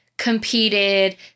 competed